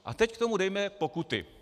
A teď k tomu dejme pokuty.